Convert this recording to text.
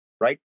right